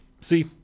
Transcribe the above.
See